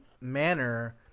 manner